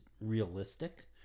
realistic